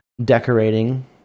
Decorating